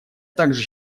также